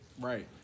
Right